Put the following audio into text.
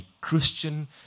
Christian